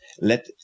let